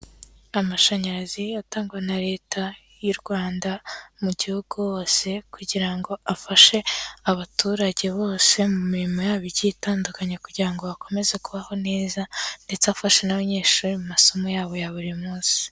Amashanyarazi atangwa na leta y'u Rwanda mu gihugu hose, kugira ngo afashe abaturage bose mu mirimo yabo igiye itandukanye, kugira ngo bakomeze kubaho neza ndetse afasha n'abanyeshuri mu masomo yabo ya buri munsi.